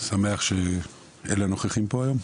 שמח אלו הנוכחים פה היום.